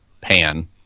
pan